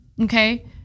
okay